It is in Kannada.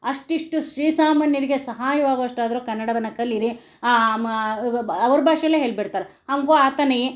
ಅಷ್ಟಿಷ್ಟು ಶ್ರೀಸಾಮಾನ್ಯರಿಗೆ ಸಹಾಯವಾಗುವಷ್ಟಾದರೂ ಕನ್ನಡವನ್ನು ಕಲಿಯಿರಿ ಅವರ ಭಾಷೆಯಲ್ಲೇ ಹೇಳ್ಬಿಡ್ತಾರೆ ಹಮ್ಕೋ ಆತ ನಹೀ